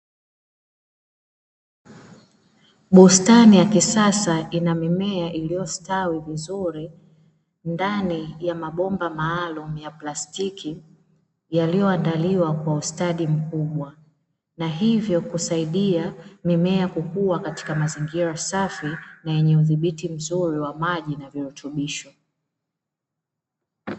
Bustani ya kisasa ina mimea iliyostawi vizuri ndani ya mabomba maalumu ya plastiki, yaliyoandaliwa kwa ustadi mkubwa na hivyo kusaidia mimea kukua katika mazingira safi na yenye udhibiti mzuri wa maji na virutubisho.